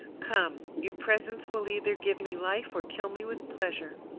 come! your presence will either give me life or kill me with pleasure.